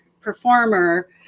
performer